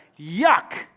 yuck